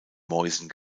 mäusen